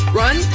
run